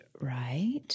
right